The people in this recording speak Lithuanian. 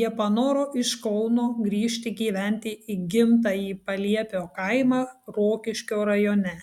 jie panoro iš kauno grįžti gyventi į gimtąjį paliepio kaimą rokiškio rajone